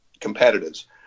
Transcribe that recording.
competitors